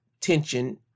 tension